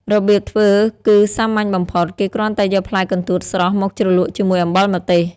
របៀបធ្វើគឺសាមញ្ញបំផុត គេគ្រាន់តែយកផ្លែកន្ទួតស្រស់មកជ្រលក់ជាមួយអំបិលម្ទេស។